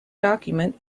document